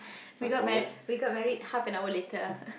we got mar~ we got married half an hour later